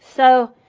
so,